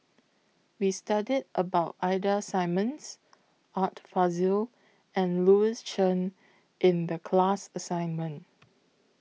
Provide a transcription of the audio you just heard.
We studied about Ida Simmons Art Fazil and Louis Chen in The class assignment